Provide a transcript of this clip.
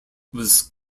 was